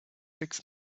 six